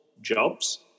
jobs